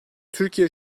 türkiye